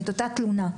את אותה תלונה.